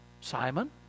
Simon